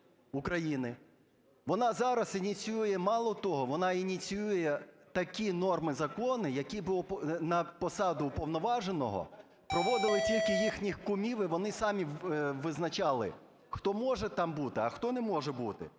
України, вона зараз ініціює, мало того, вона ініціює такі норми закону, які на посаду уповноваженого проводили тільки їхніх кумів і вони самі визначали, хто може там бути, а хто не може бути.